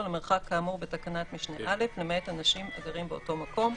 על מרחק כאמור בתקנת משנה (א),למעט אנשים הגרים באותו מקום.